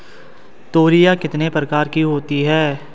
तोरियां कितने प्रकार की होती हैं?